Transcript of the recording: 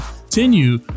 continue